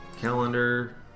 calendar